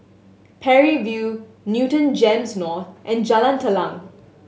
Parry View Newton GEMS North and Jalan Telang